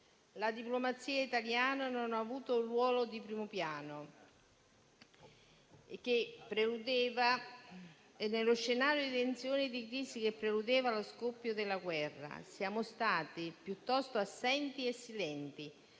La diplomazia italiana non ha avuto un ruolo di primo piano e, nello scenario di tensione e di crisi che preludeva allo scoppio della guerra, siamo stati piuttosto assenti e silenti,